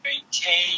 maintain